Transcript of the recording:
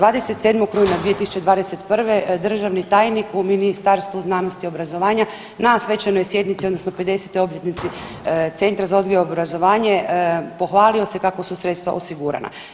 27. rujna 2021. državni tajnik u Ministarstvu znanosti i obrazovanja na Svečanoj sjednici, odnosno 50. obljetnici Centra za odgoj i obrazovanje pohvalio se kako su sredstva osigurana.